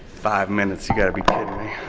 five minutes, you got to be kidding me.